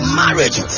marriage